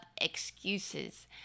excuses